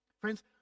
Friends